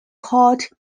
called